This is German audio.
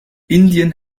indien